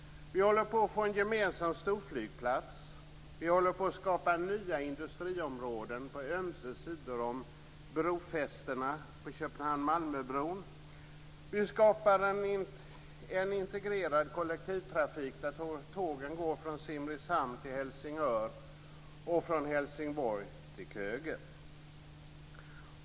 Vi håller på att få en gemensam storflygplats och vi håller på att skapa nya industriområden på ömse sidor om fästena på Köpenhamn-Malmö-bron. Vi skapar en integrerad kollektivtrafik där tågen går från Simrishamn till Helsingör och från Helsingborg till Köge.